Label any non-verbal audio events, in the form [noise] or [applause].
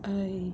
[noise]